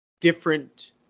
different